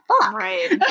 Right